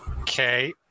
Okay